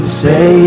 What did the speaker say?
say